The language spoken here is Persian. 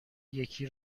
یکی